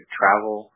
travel